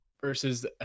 versus